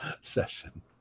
session